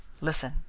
Listen